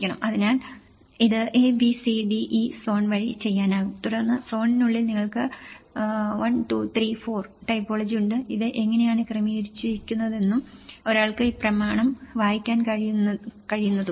അതിനാൽ ഇത് ABCDE zone വഴി ചെയ്യാനാകും തുടർന്ന് സോണിനുള്ളിൽ നിങ്ങൾക്ക് 1 2 3 4 ടൈപ്പോളജി ഉണ്ട് ഇത് ഇങ്ങനെയാണ് ക്രമീകരിച്ചിരിക്കുന്നതും ഒരാൾക്ക് ഈ പ്രമാണം വായിക്കാൻ കഴിയുന്നതും